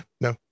no